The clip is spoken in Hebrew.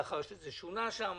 לאחר שזה שונה שם,